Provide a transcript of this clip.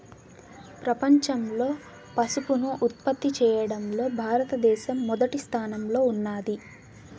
ప్రపంచంలో పసుపును ఉత్పత్తి చేయడంలో భారత దేశం మొదటి స్థానంలో ఉన్నాది